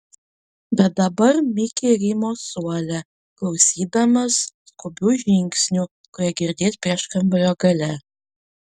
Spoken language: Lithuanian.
bet dabar mikė rymo suole klausydamas skubių žingsnių kurie girdėt prieškambario gale